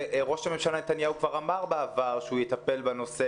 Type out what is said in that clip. שראש הממשלה נתניהו כבר אמר בעבר שהוא יטפל בנושא,